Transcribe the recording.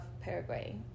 Paraguay